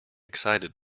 excited